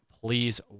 please